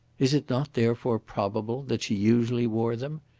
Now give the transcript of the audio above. is it not, therefore, probable that she usually wore them?